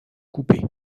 coupés